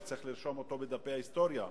שצריך לרשום אותו בדפי ההיסטוריה.